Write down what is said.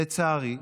לצערי,